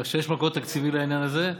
כך שיש מקור תקציבי לעניין הזה.